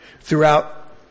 Throughout